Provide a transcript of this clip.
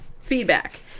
feedback